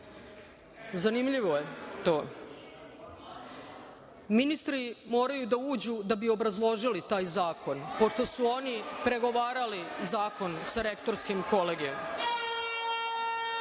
zanimljivo je to. Ministri moraju da uđu da bi obrazložili taj zakon, pošto su oni pregovarali zakon sa Rektorskim kolegijumom. Na